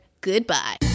Goodbye